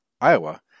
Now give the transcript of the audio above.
Iowa